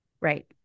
Right